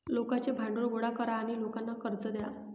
लोकांचे भांडवल गोळा करा आणि लोकांना कर्ज द्या